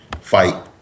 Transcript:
fight